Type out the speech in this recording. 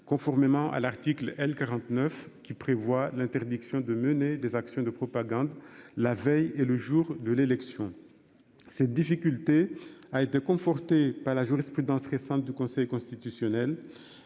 conformément à l'article L-49 qui prévoit l'interdiction de mener des actions de propagande la veille et le jour de l'élection. Cette difficulté a été conforté par la jurisprudence récente du Conseil constitutionnel,